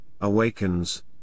awakens